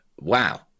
wow